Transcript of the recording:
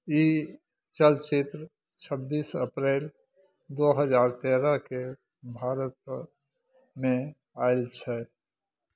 ई चलचित्र छब्बीस अप्रैल दू हजार तेरहकेँ भारतपर मे आयल छै